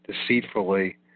Deceitfully